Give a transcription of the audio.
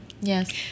Yes